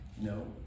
No